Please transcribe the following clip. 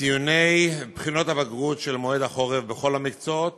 ציוני בחינות הבגרות של מועד החורף בכל המקצועות